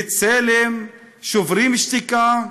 "בצלם", "שוברים שתיקה",